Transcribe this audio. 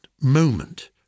moment